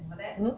uh